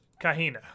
kahina